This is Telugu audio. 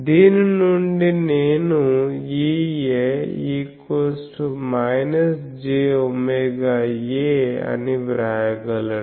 దీని నుండి నేను EA ≃ jwA అని వ్రాయగలను